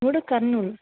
మూడు కర్నూలు